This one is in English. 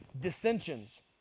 dissensions